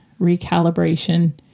recalibration